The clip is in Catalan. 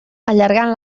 allargant